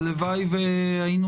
הלוואי והיינו